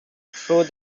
through